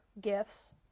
gifts